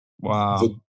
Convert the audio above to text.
Wow